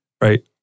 Right